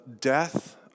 death